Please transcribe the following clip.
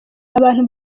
abantu